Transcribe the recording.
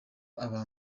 aba